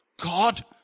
God